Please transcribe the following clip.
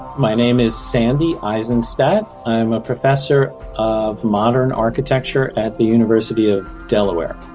my name is sandy isenstadt. i'm a professor of modern architecture at the university of delaware.